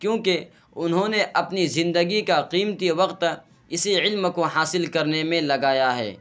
کیونکہ انہوں نے اپنی زندگی کا قیمتی وقت اسی علم کو حاصل کرنے میں لگایا ہے